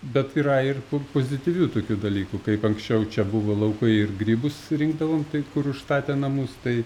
bet yra ir pozityvių tokių dalykų kaip anksčiau čia buvo laukai ir grybus rinkdavom tai kur užstatė namus tai